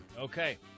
Okay